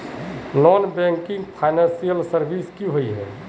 Non banking financial services की होय?